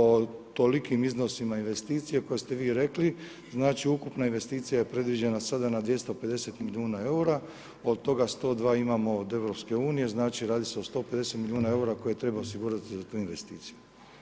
o tolikim iznosima investicije koje ste vi rekli, znači ukupna investicija je predviđena sada na 250 milijuna eura, od toga 102 imamo od EU, znači radi se o 150 milijuna eura koje treba osigurati za tu investiciju.